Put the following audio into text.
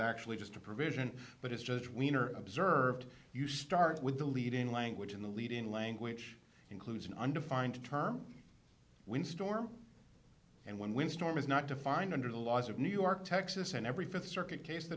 actually just a provision but it's just wiener observed you start with the leading language in the leading language includes an undefined term when storm and when windstorm is not defined under the laws of new york texas and every th circuit case that